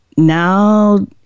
now